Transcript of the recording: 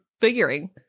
figuring